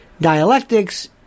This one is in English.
dialectics